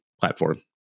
platform